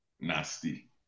Nasty